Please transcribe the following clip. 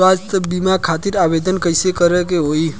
स्वास्थ्य बीमा खातिर आवेदन कइसे करे के होई?